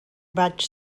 vaig